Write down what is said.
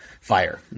fire